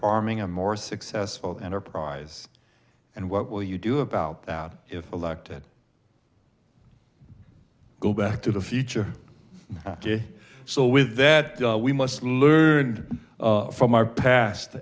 arming a more successful enterprise and what will you do about that if elected go back to the future ok so with that we must learn from our past